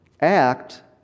act